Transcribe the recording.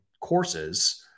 courses